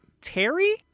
Terry